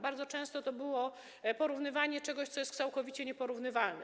Bardzo często było to porównywanie czegoś, co jest całkowicie nieporównywalne.